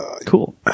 Cool